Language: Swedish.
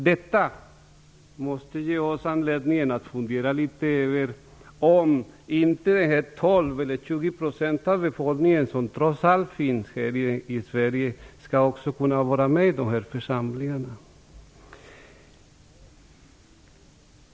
Detta måste ge oss anledning att fundera litet över om inte de människor som trots allt utgör 12 eller 20 % av befolkningen här i Sverige skall kunna vara vara med också i dessa församlingar.